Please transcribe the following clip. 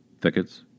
thickets